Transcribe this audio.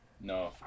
No